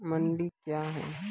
मंडी क्या हैं?